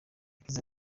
yagize